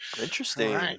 Interesting